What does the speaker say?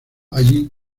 allí